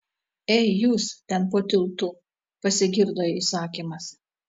ei jūs ten po tiltu pasigirdo įsakymas